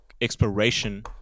exploration